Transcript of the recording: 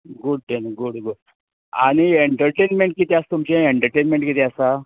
good thing आनी entertainment किदें आसा तुमचें एंटरटेनमेंट किदें आसा